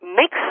mix